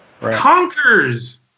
Conquers